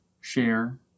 share